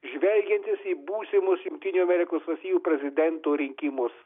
žvelgiantis į būsimus jungtinių amerikos valstijų prezidento rinkimus